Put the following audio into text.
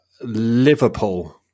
Liverpool